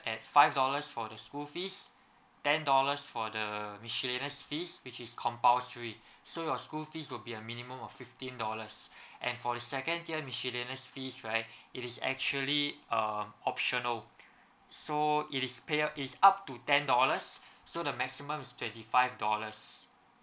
at five dollars for the school fees ten dollars for the miscellaneous fees which is compulsory so your school fees will be a minimum of fifteen dollars and for the second tier miscellaneous fees right it is actually uh optional so it is pay up is up to ten dollars so the maximum is twenty five dollars